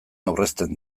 aurrezten